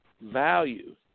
value